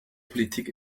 politik